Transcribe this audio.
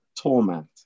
torment